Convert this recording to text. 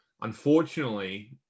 unfortunately